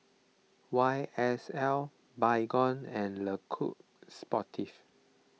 Y S L Baygon and Le Coq Sportif